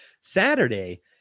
Saturday